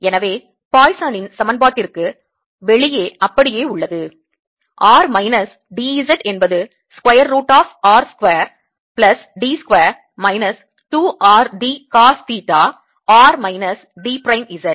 எனவே பாய்சனின் சமன்பாட்டிற்கு வெளியே அப்படியே உள்ளது r மைனஸ் d Z என்பது square root of r square plus d square minus 2 r d cos theta r minus d prime Z